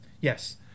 Yes